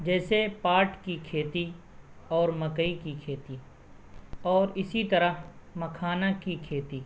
جیسے پاٹ کی کھیتی اور مکئی کی کھیتی اور اسی طرح مکھانا کی کھیتی